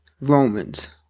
Romans